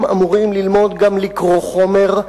הם אמורים ללמוד גם לקרוא חומר,